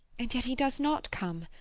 and yet he does not come.